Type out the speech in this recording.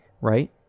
right